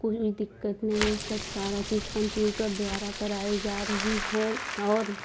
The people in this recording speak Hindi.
कुछ भी दिक्कत नहीं है सब सारा चीज़ कम्प्यूटर द्वारा कराई जा रही हैं और